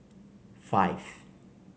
five